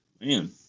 Man